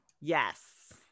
Yes